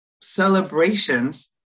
celebrations